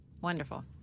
Wonderful